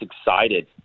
excited